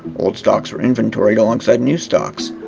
old stocks were inventoried alongside new stocks.